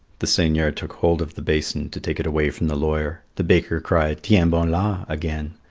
the seigneur took hold of the basin to take it away from the lawyer, the baker cried tiens-bon-la again,